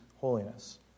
holiness